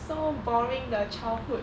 so boring 的 childhood